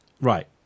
Right